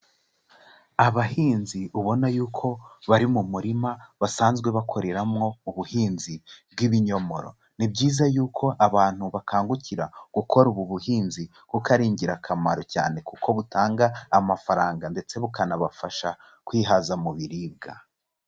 Abahinzi ubona yuko bari mu murima basanzwe bakoreramwo ubuhinzi bw'ibinyomoro Ni byiza yuko abantu bakangukira gukora ubu buhinzi kuko ari ingirakamaro cyane, kuko butanga amafaranga ndetse bukanabafasha kwihaza mu biribwa.